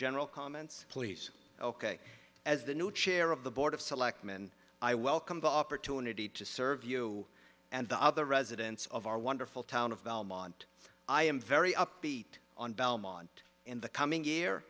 general comments please ok as the new chair of the board of selectmen i welcome the opportunity to serve you and the other residents of our wonderful town of elmont i am very upbeat on belmont in the coming year